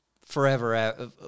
forever